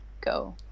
go